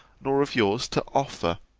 nor of yours to offer.